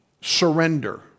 surrender